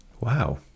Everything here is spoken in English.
Wow